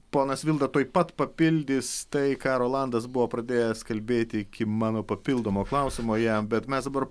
ponas vilda tuoj pat papildys tai ką rolandas buvo pradėjęs kalbėti iki mano papildomo klausimo jam bet mes dabar